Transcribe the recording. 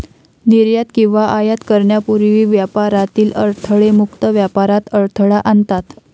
निर्यात किंवा आयात करण्यापूर्वी व्यापारातील अडथळे मुक्त व्यापारात अडथळा आणतात